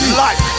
life